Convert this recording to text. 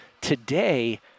today